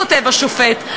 כותב השופט.